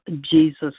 Jesus